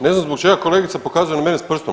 Ne znam zbog čega kolegica pokazuje na mene s prstom.